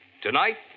Tonight